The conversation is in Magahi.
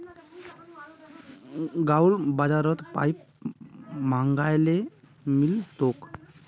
गांउर बाजारत पाईप महंगाये मिल तोक